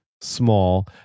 small